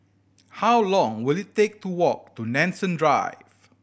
how long will it take to walk to Nanson Drive